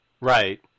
Right